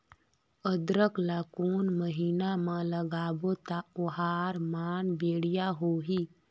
अदरक ला कोन महीना मा लगाबो ता ओहार मान बेडिया होही?